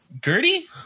Gertie